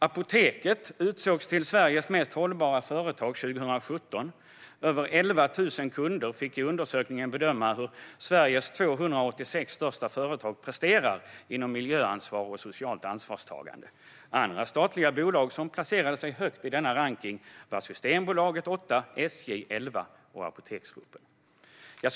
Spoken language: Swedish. Apoteket utsågs till Sveriges mest hållbara företag 2017. Över 11 000 kunder fick i undersökningen bedöma hur Sveriges 286 största företag presterar inom miljöansvar och socialt ansvarstagande. Andra statliga bolag som placerade sig högt i denna rankning var Systembolaget som nr 8, SJ som nr 11 och Apoteksgruppen som nr 17.